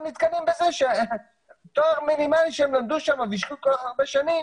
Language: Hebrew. הם נתקלים בזה שתואר מינימלי שהם למדו שם והשקיעו כל כך הרבה שנים,